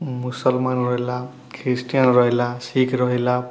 ମୁସଲମାନ୍ ରହିଲା ଖ୍ରୀଷ୍ଟିୟାନ୍ ରହିଲା ଶିଖ୍ ରହିଲା